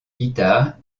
guitare